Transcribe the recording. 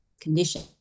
condition